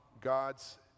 God's